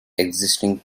existing